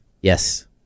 Yes